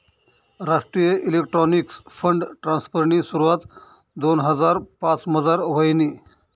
राष्ट्रीय electronics fund ट्रान्स्फरनी सुरवात दोन हजार पाचमझार व्हयनी